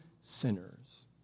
sinners